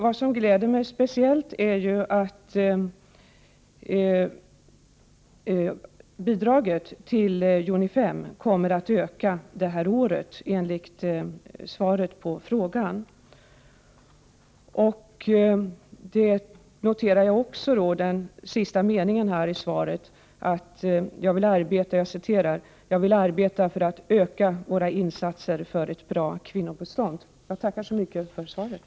Det som gläder mig speciellt är att bidraget till UNIFEM enligt svaret på frågan kommer att öka det här året. Jag noterar även den sista meningen i svaret: ”Jag vill arbeta för att öka våra insatser för ett bra kvinnobistånd.” Jag tackar så mycket för svaret.